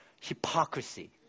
hypocrisy